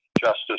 Justice